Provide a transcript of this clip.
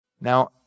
Now